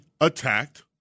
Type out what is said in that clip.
attacked